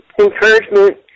encouragement